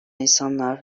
insanlar